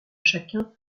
chacun